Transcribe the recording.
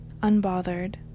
unbothered